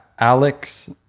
Alex